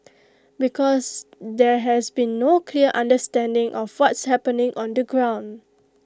because there has been no clear understanding of what's happening on the ground